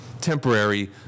temporary